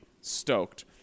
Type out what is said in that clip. stoked